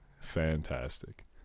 fantastic